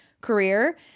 career